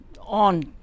on